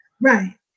Right